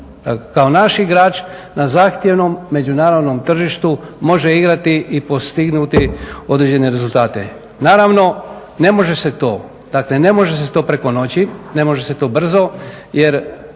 kao naš igrač na zahtjevnom međunarodnom tržištu može igrati i postignuti određene rezultate. Naravno ne može se to. Dakle, ne može se to preko